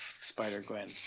Spider-Gwen